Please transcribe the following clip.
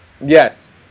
Yes